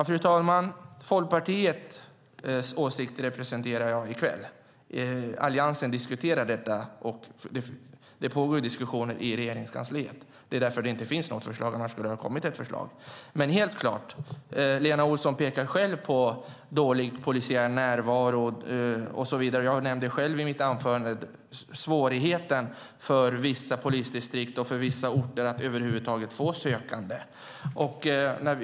Fru talman! I denna debatt representerar jag Folkpartiets åsikter. Alliansen diskuterar detta och det pågår diskussioner i Regeringskansliet. Det är därför det inte finns något förslag. Annars skulle det ha kommit. Lena Olsson pekar själv på dålig polisiär närvaro och så vidare, och jag nämnde i mitt anförande svårigheten för vissa polisdistrikt och orter att över huvud taget få sökande.